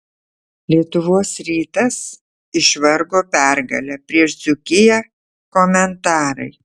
lietuvos rytas išvargo pergalę prieš dzūkiją komentarai